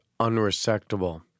unresectable